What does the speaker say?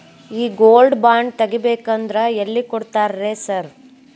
ಈ gold bond ತಗಾಬೇಕಂದ್ರ ಎಲ್ಲಿ ಕೊಡ್ತಾರ ರೇ ಸಾರ್?